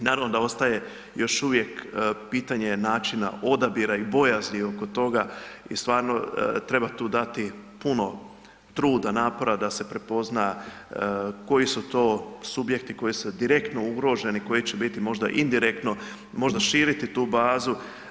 Naravno da ostaje još uvijek pitanje načina odabira i bojazni oko toga i stvarno treba tu dati puno truda, napora da se prepozna koji su to subjekti koji su direktno ugroženi koji će biti možda indirektno, možda širiti tu bazu.